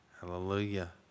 Hallelujah